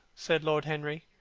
said lord henry.